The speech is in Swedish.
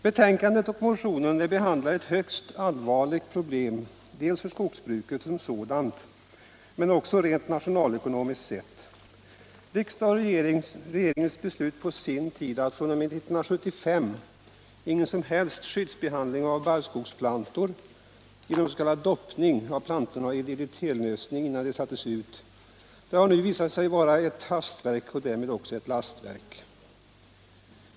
Betänkandet och motionen behandlar ett högst allvarligt problem, dels för skogsbruket som sådant, dels rent nationalekonomiskt sett. Riksdagens och regeringens beslut på sin tid att fr.o.m. 1975 ingen som helst skyddsbehandling får ske av barrskogsplantor genom s.k. doppning av plantorna i DDT-lösning innan de sätts ut har nu visat sig vara ett hastverk och därmed också ett lastverk.